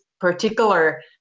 particular